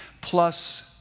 plus